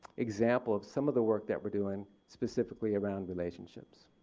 example of some of the work that we're doing specifically around relationships.